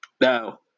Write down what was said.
Now